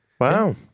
wow